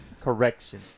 Correction